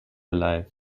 alive